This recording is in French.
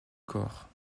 corps